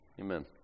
Amen